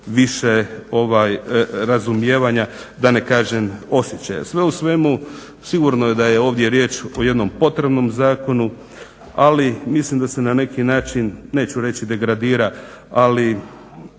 više razumijevanja da ne kažem osjećaja. Sve u svemu sigurno je da je ovdje riječ o jednom potrebnom zakonu ali mislim da se na neki način neću reći degradira ali